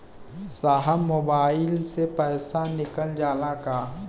साहब मोबाइल से पैसा निकल जाला का?